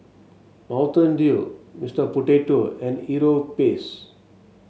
Mountain Dew Mister Potato and Europace